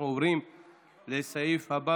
אנחנו עוברים לסעיף הבא